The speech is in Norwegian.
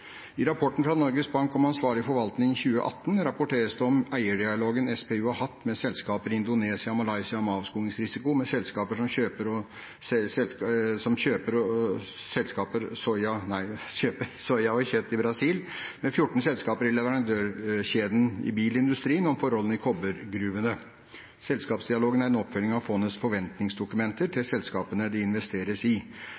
I rapporten Ansvarlig forvaltning 2018 fra Norges Bank rapporteres det om eierdialogen SPU har hatt med selskaper i Indonesia og Malaysia om avskogingsrisiko, med selskaper som kjøper soya og kjøtt i Brasil, og med 14 selskaper i leverandørkjeden i bilindustrien om forholdene i kobbergruvene. Selskapsdialogen er en oppfølging av fondets forventningsdokumenter til